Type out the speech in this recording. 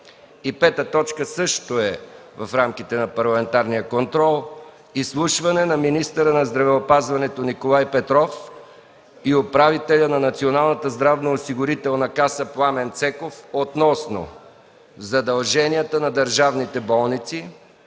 пет е също в рамките на парламентарния контрол. 5. Изслушване на министъра на здравеопазването Николай Петров и управителя на Националната здравноосигурителна каса Пламен Цеков относно: - задълженията на държавните болници,